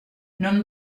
non